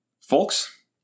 folks